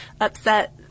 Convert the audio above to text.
upset